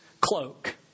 cloak